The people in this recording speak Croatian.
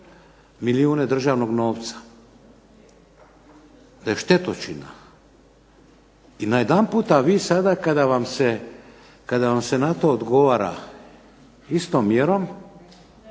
milijune državnog novca, da je štetočina. I najedanput vi sada kada vam se na to odgovara istom mjerom,